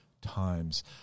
times